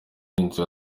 n’inzu